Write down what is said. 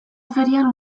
ferian